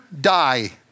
die